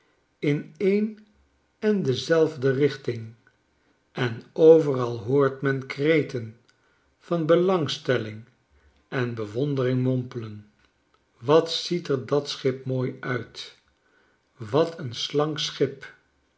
in een en dezelfde richting en overal hoort men kreten van belangstelling en bewondering mompelen watziet er dat schip mooi uit wat n slank schip